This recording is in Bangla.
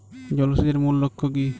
জল সেচের মূল লক্ষ্য কী?